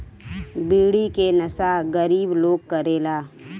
बीड़ी के नशा गरीब लोग करेला